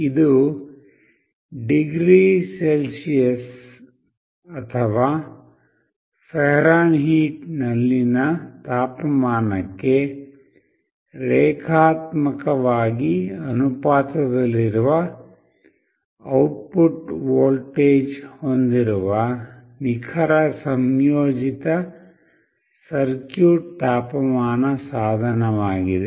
ಇದು degree Celsius ಅಥವಾ ಫ್ಯಾರನ್ಹೀಟ್ನಲ್ಲಿನ ತಾಪಮಾನಕ್ಕೆ ರೇಖಾತ್ಮಕವಾಗಿ ಅನುಪಾತದಲ್ಲಿರುವ ಔಟ್ಪುಟ್ ವೋಲ್ಟೇಜ್ ಹೊಂದಿರುವ ನಿಖರ ಸಂಯೋಜಿತ ಸರ್ಕ್ಯೂಟ್ ತಾಪಮಾನ ಸಾಧನವಾಗಿದೆ